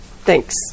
Thanks